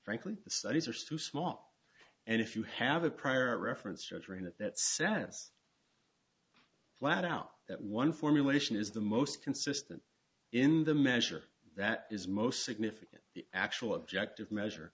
frankly studies are soo small and if you have a prior reference structure in that sense flat out that one formulation is the most consistent in the measure that is most significant the actual objective measure